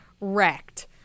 wrecked